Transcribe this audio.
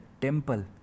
temple